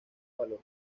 valor